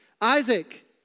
Isaac